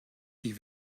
die